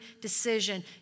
decision